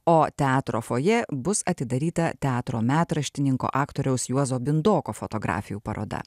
o teatro fojė bus atidaryta teatro metraštininko aktoriaus juozo bindoko fotografijų paroda